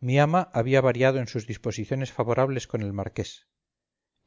mi ama había variado en sus disposiciones favorables con el marqués